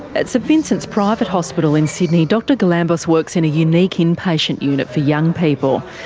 at st vincent's private hospital in sydney, dr galambos works in a unique inpatient unit for young people.